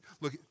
Look